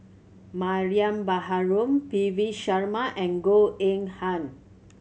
Mariam Baharom P V Sharma and Goh Eng Han